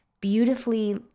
beautifully